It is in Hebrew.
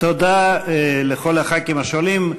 תודה לכל חברי הכנסת השואלים.